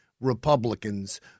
Republicans